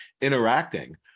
interacting